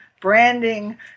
branding